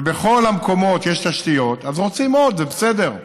ובכל המקומות יש תשתיות, אז רוצים עוד, זה בסדר.